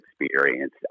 experience